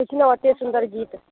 सीखलहुँ एते सुंदर गीत